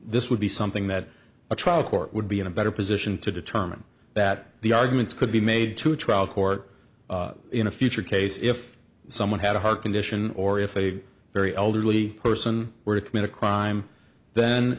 this would be something that a trial court would be in a better position to determine that the arguments could be made to a trial court in a future case if someone had a heart condition or if a very elderly person were to commit a crime then